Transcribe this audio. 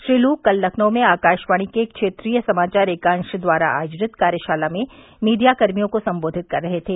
श्री लू कल लखनऊ में आकाशवाणी के क्षेत्रीय समाचार एकांश द्वारा आयोजित कार्यशाला में मीडियाकर्मियों को संबोधित कर रहे थे